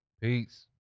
Peace